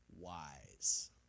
wise